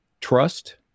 Trust